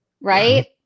Right